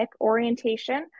orientation